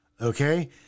okay